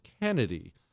Kennedy